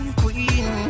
queen